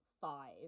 five